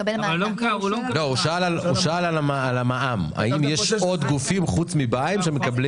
הוא שאל על המע"מ האם יש פה עוד גופים חוץ מהבהאיים שמקבלים?